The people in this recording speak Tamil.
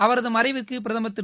அவரது மறைவிற்கு பிரதமர் திரு